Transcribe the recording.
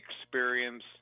experience